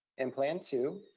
in plan two,